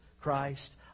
Christ